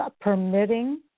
permitting